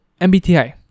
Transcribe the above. MBTI